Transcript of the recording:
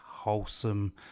wholesome